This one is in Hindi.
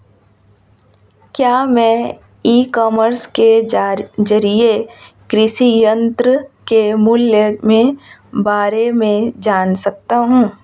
क्या मैं ई कॉमर्स के ज़रिए कृषि यंत्र के मूल्य में बारे में जान सकता हूँ?